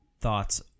thoughts